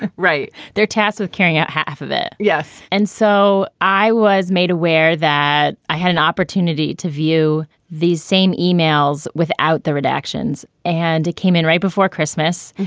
and right. they're tasked with carrying out half of it. yes and so i was made aware that i had an opportunity to view these same emails without the redactions. and it came in right before christmas.